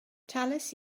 talais